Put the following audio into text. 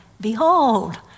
Behold